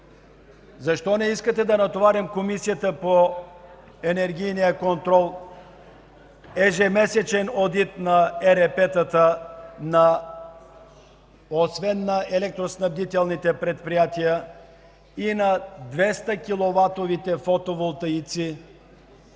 Защо не искате да натоварим Комисията по енергийния контрол – ежемесечен одит на ЕРП-тата, освен на електроснабдителните предприятия, и на 200-киловатовите фотоволтаици?